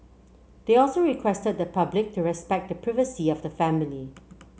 they also requested the public to respect the privacy of the family